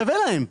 שווה להם.